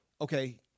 okay